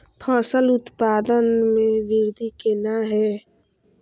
फसल उत्पादन में वृद्धि केना हैं?